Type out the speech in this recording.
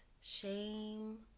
shame